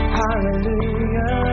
hallelujah